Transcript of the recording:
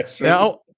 Now